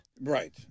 Right